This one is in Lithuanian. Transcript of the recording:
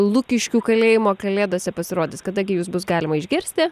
lukiškių kalėjimo kalėdose pasirodys kada gi jus bus galima išgirsti